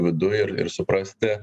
viduj ir ir suprasti